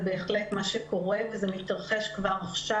זה בהחלט מה שקורה וזה מתרחש כבר עכשיו.